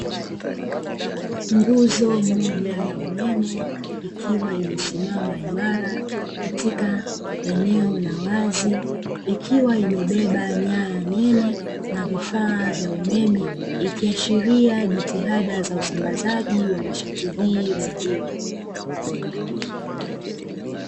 Nguzo moja ya umeme ikiwa imesimama imara katika eneo la wazi, ikiwa imebeba nyaya nene na vifaa vya umeme ikiashiria jitihada za usambazaji wa nishati hii muhimu.